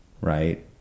right